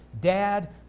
dad